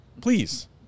Please